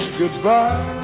goodbye